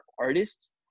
artists